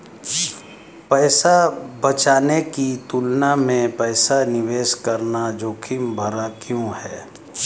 पैसा बचाने की तुलना में पैसा निवेश करना जोखिम भरा क्यों है?